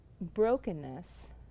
brokenness